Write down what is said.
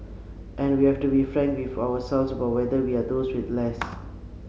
and we have to be frank with ourselves about whether we are those with less